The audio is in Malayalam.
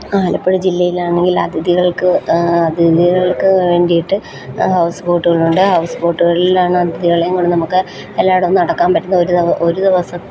ആലപ്പുഴ ജില്ലയിലാണെങ്കിൽ അതിഥികൾക്ക് അതിഥികൾക്ക് വേണ്ടീട്ട് ഹൗസ് ബോട്ടുകളുണ്ട് ഹൗസ് ബോട്ടുകളിലാണ് അതിഥികളെയും കൊണ്ട് നമുക്ക് എല്ലാടോം നടക്കാൻ പറ്റുന്ന ഒരു ദിവസം